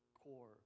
core